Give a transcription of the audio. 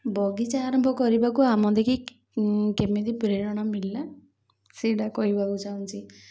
ବଗିଚା ଆରମ୍ଭ କରିବାକୁ ଆମ ଦେଖି କେମିତି ପ୍ରେରଣା ମିଳିଲା ସେଇଟା କହିବାକୁ ଚାହୁଁଛି